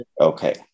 Okay